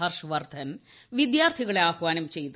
ഹർഷ് വർദ്ധൻ വിദ്യാർത്ഥികളെട്ട് ആഹ്വാനം ചെയ്തു